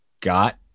got